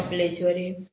Kapleshwari